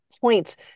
points